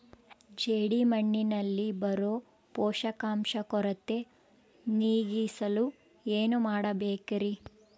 ಜೇಡಿಮಣ್ಣಿನಲ್ಲಿ ಬರೋ ಪೋಷಕಾಂಶ ಕೊರತೆ ನೇಗಿಸಲು ಏನು ಮಾಡಬೇಕರಿ?